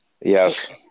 Yes